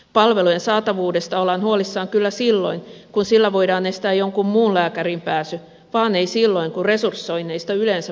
palvelujen saatavuudesta ollaan huolissaan kyllä silloin kun sillä voidaan estää jonkun muun lääkäriin pääsy vaan ei silloin kun resursoinneista yleensä päätetään